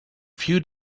few